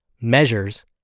measures